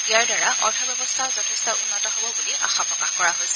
ইয়াৰ দ্বাৰা অৰ্থব্যৱস্থা যথেষ্ট উন্নত হ'ব বুলি আশা প্ৰকাশ কৰা হৈছে